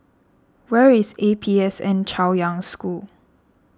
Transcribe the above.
where is A P S N Chaoyang School